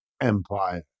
empire